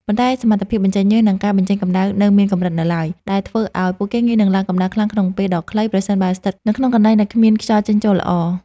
ប៉ុន្តែសមត្ថភាពបញ្ចេញញើស និងការបញ្ចេញកម្ដៅនៅមានកម្រិតនៅឡើយ ដែលធ្វើឱ្យពួកគេងាយនឹងឡើងកម្ដៅខ្លាំងក្នុងពេលដ៏ខ្លី ប្រសិនបើស្ថិតនៅក្នុងកន្លែងដែលគ្មានខ្យល់ចេញចូលល្អ។